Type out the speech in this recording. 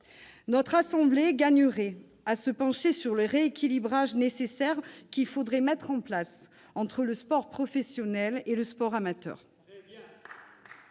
Notre assemblée gagnerait à se pencher sur le rééquilibrage qu'il faudrait mettre en place entre le sport professionnel et le sport amateur.